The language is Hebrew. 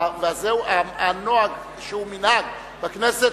הנוהג שהוא מנהג בכנסת,